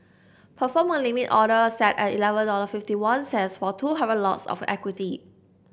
perform a limit order set at eleven dollar fifty one cents for two hundred lots of equity